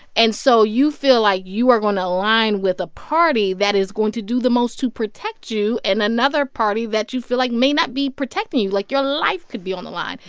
and so you feel like you are going to align with a party that is going to do the most to protect you and another party that you feel like may not be protecting you. like, your life could be on the line.